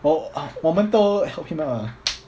我我们都 help him ah